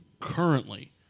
Currently